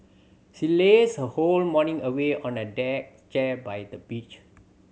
she lazed her whole morning away on a deck chair by the beach